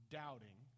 doubting